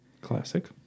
Classic